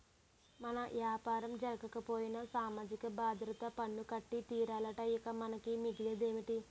మన యాపారం జరగకపోయినా సామాజిక భద్రత పన్ను కట్టి తీరాలట ఇంక మనకి మిగిలేదేటి